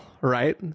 right